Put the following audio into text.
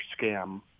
scam